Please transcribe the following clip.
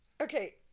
okay